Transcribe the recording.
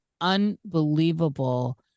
unbelievable